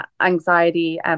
anxiety